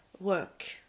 work